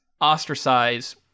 ostracize